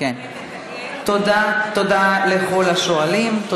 תודה לכל השואלים.